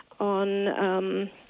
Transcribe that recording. on